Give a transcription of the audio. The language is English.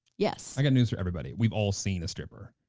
yes. i got news for everybody, we've all seen a stripper.